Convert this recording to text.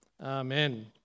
Amen